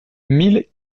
mille